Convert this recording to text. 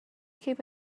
keep